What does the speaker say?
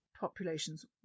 populations